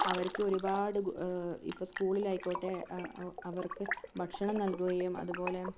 അവർക്ക് ഒരുപാട് ഇപ്പോൾ സ്കൂളിലായിക്കോട്ടെ അവർക്ക് ഭക്ഷണം നൽകുകയും അതുപോലെ